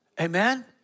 Amen